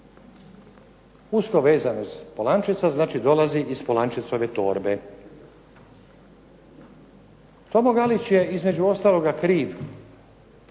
usko vezan uz Polančeca, znači dolazi iz Polančecove torbe. Tomo Galić je između ostaloga kriv